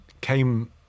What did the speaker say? came